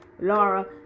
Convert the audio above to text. Laura